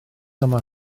yma